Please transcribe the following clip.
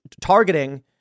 targeting